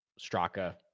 Straka